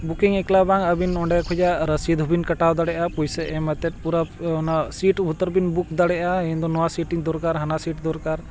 booking ᱮᱠᱞᱟ ᱫᱚ ᱵᱟᱝ ᱟᱹᱵᱤᱱ ᱚᱸᱰᱮ ᱠᱷᱚᱱᱟᱜ ᱨᱚᱥᱤᱫ ᱦᱚᱸ ᱵᱤᱱ ᱠᱟᱴᱟᱣ ᱫᱟᱲᱮᱭᱟᱜᱼᱟ ᱯᱚᱭᱥᱟ ᱮᱢ ᱟᱛᱮᱫ ᱯᱩᱨᱟᱹ ᱚᱱᱟ ᱥᱤᱴ ᱩᱛᱟᱹᱨ ᱵᱤᱱ ᱵᱩᱠ ᱫᱟᱲᱮᱭᱟᱜᱼᱟ ᱤᱧ ᱫᱚ ᱱᱚᱣᱟ ᱥᱤᱴ ᱛᱤᱧ ᱫᱚᱨᱠᱟᱨ ᱦᱟᱱᱟ ᱥᱤᱴ ᱫᱚᱨᱠᱟᱨ